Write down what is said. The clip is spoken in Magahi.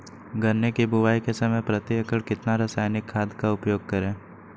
गन्ने की बुवाई के समय प्रति एकड़ कितना रासायनिक खाद का उपयोग करें?